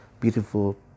beautiful